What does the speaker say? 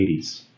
1980s